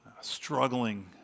Struggling